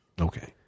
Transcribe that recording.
Okay